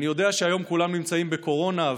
אני יודע שהיום כולם נמצאים בקורונה,